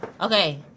Okay